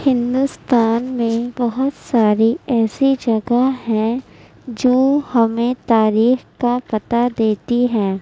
ہندوستان میں بہت ساری ایسی جگہ ہے جو ہمیں تاریخ کا پتا دیتی ہے